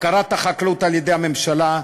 הפקרת החקלאות על-ידי הממשלה,